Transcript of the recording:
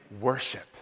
worship